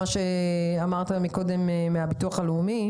קודם כול,